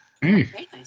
Hey